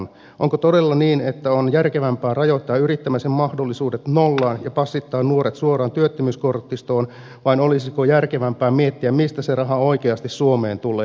onko todella niin että on järkevämpää rajoittaa yrittämisen mahdollisuudet nollaan ja passittaa nuoret suoraan työttömyyskortistoon vai olisiko järkevämpää miettiä mistä se raha oikeasti suomeen tulee